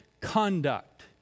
conduct